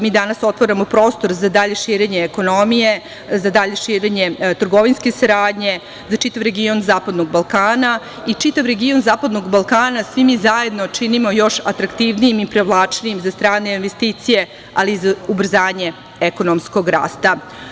Mi danas otvaramo prostor za dalje širenje ekonomije, za dalje širenje trgovinske saradnje, za čitav region Zapadnog Balkana, i čitav region Zapadnog Balkana, svi mi zajedno činimo još atraktivnijim i privlačnijim za strane investicije, ali i za ubrzanje ekonomskog rasta.